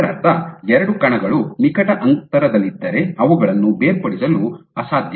ಇದರರ್ಥ ಎರಡು ಕಣಗಳು ನಿಕಟ ಅಂತರದಲ್ಲಿದ್ದರೆ ಅವುಗಳನ್ನು ಬೇರ್ಪಡಿಸಲು ಅಸಾಧ್ಯ